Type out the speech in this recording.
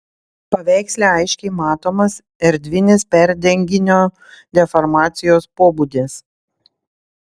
paveiksle aiškiai matomas erdvinis perdenginio deformacijos pobūdis